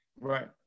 right